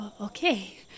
okay